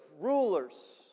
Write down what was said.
rulers